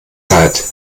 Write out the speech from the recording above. zeit